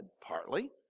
partly